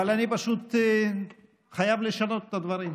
אבל אני פשוט חייב לשנות את הדברים.